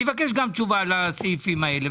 אני מבקש תשובה גם על הסעיפים האלה.